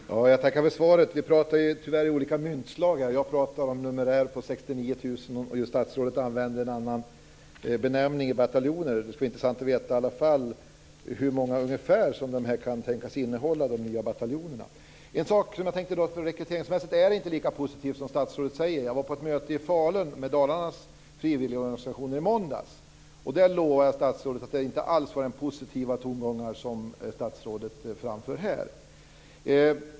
Herr talman! Jag tackar för svaret. Vi talar tyvärr om olika myntslag här. Jag talar om en numerär på 69 000, och statsrådet använder benämningen bataljoner. Det skulle i alla fall vara intressant att veta ungefär hur många de nya bataljonerna kan tänkas innehålla. Rekryteringsmässigt är det inte så positivt som statsrådet säger. Jag var på ett möte i Falun med Dalarnas frivilligorganisationer i måndags. Där, lovar jag statsrådet, var det inte alls de positiva tongångar som statsrådet framför här.